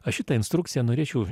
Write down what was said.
aš šitą instrukciją norėčiau